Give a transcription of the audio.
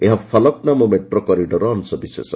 ଏହା ଫଲକନୋମା ମେଟ୍ରୋ କରିଡ଼ରର ଅଂଶବିଶେଷ